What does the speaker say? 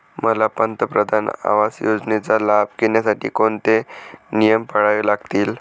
मला पंतप्रधान आवास योजनेचा लाभ घेण्यासाठी कोणते नियम पाळावे लागतील?